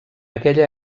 aquella